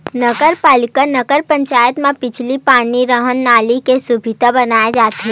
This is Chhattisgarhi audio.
नगर पालिका, नगर पंचायत म बिजली, पानी, रद्दा, नाली के सुबिधा बनाए जाथे